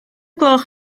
gloch